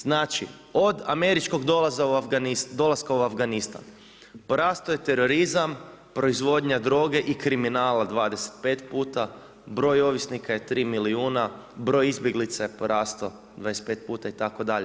Znači od američkog dolaska u Afganistan, porastao je terorizam, proizvodnja droge i kriminala 25 puta, broj ovisnika je 3 milijuna, broj izbjeglica je porastao 25 itd.